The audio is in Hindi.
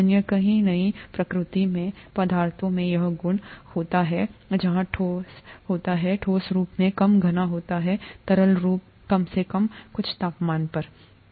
अन्य कई नहीं प्रकृति में पदार्थों में यह गुण होता है जहाँ ठोस होता है ठोस रूप से कम घना होता है तरल रूप कम से कम कुछ तापमान पर